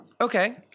Okay